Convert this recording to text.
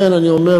לכן אני אומר,